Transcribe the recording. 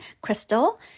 crystal